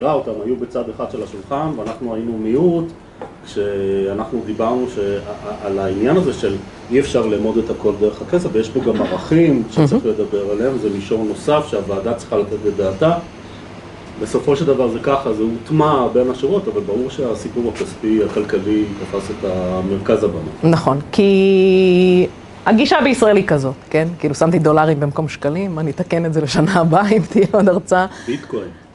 היו בצד אחד של השולחן, ואנחנו היינו מיעוט, כשאנחנו דיברנו על העניין הזה של אי אפשר ללמוד את הכל דרך הכסף, ויש פה גם ערכים שצריך לדבר עליהם, זה מישור נוסף שהוועדה צריכה לתת את דעתה, בסופו של דבר זה ככה, זה הוטמע בין השורות, אבל ברור שהסיפור הכספי, הכלכלי, תפס את המרכז הבמה. נכון, כי הגישה בישראל היא כזאת, כן? כאילו שמתי דולרים במקום שקלים, אני אתקן את זה לשנה הבאה אם תהיה עוד הרצאה. ביטקוין.